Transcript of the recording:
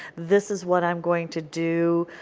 this is what i am going to do.